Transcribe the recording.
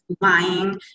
lying